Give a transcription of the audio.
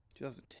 2010